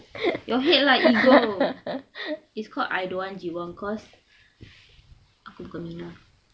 your head lah ego it's called I don't want jiwang cause aku tak gemar